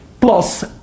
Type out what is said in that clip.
plus